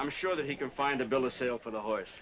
i'm sure that he can find a bill of sale for the horse